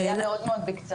זה היה מאוד בקצרה,